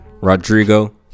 Rodrigo